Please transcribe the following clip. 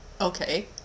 Okay